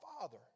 Father